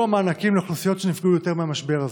המענקים לאוכלוסיות שנפגעו יותר מהמשבר הזה.